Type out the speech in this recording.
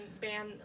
ban